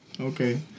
Okay